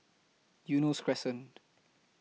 Eunos Crescent